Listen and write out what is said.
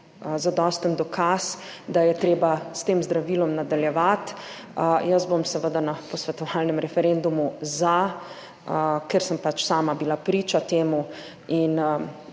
zadosten dokaz, da je treba s tem zdravilom nadaljevati. Jaz bom seveda na posvetovalnem referendumu za ker sem pač sama bila priča temu. In